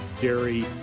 Gary